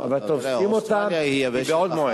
אבל תופסים אותם בעוד מועד.